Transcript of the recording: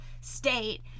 State